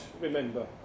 remember